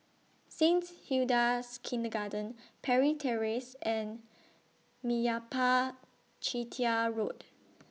Saint Hilda's Kindergarten Parry Terrace and Meyappa Chettiar Road